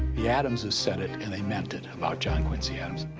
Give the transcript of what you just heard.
the adamses said it, and they meant it about john quincy adams.